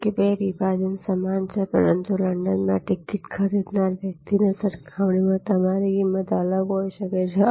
જો કે બે વિભાજન સમાન છે પરંતુ લંડનમાં ટિકિટ ખરીદનાર વ્યક્તિની સરખામણીમાં તમારી કિંમત અલગ હોઈ શકે છે